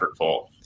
effortful